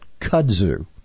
kudzu